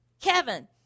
Kevin